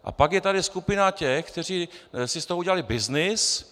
A pak je tady skupina těch, kteří si z toho udělali byznys.